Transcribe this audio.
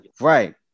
Right